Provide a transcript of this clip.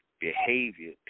behavior